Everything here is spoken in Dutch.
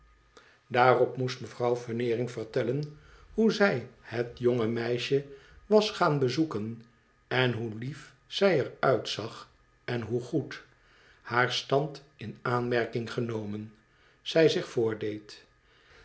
daarop moest mevrouw veneering vertellen hoe zij het jonge meisje was gaan bezoeken en hoe lief zij er uitzag en hoe goed haar stand in aanmerking genomen zij zich